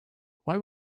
why